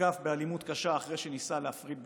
הותקף באלימות קשה אחרי שניסה להפריד בקטטה.